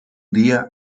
día